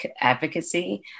advocacy